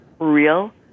real